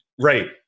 Right